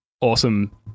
awesome